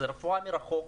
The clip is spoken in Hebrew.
זו רפואה מרחוק.